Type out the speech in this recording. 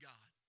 God